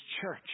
church